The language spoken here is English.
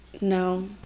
No